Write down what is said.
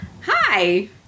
Hi